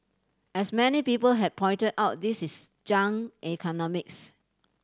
as many people have pointed out this is junk economics